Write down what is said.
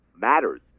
matters